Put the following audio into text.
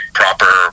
proper